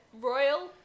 royal